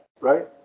Right